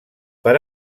per